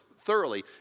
thoroughly